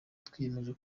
twiyemeje